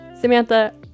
Samantha